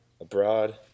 abroad